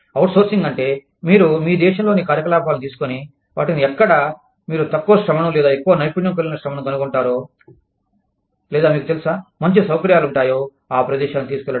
outsourcing అంటే మీరు మీ దేశంలోని కార్యకలాపాలను తీసుకొని వాటిని ఎక్కడ మీరు తక్కువ శ్రమను లేదా ఎక్కువ నైపుణ్యం కలిగిన శ్రమను కనుగొంటారో లేదా మీకు తెలుసా మంచి సౌకర్యాలు వుంటాయో ఆ ప్రదేశానికి తీసుకెళ్లడం